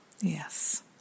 Yes